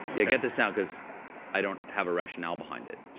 yeah, get this down, because i don't have a rationale behind it.